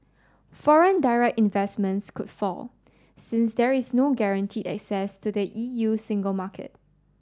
foreign direct investment could fall since there is no guaranteed access to the E U single market